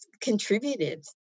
contributed